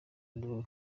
leo